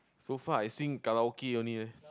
so far I sing karaoke only leh